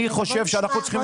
אני חושב שאנחנו צריכים